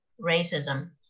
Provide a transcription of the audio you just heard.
racism